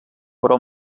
però